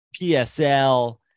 PSL